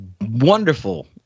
wonderful